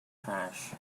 trash